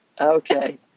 Okay